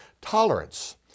Tolerance